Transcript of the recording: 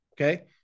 okay